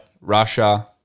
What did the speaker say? Russia